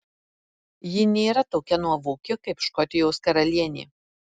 ji nėra tokia nuovoki kaip škotijos karalienė